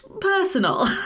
personal